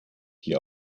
die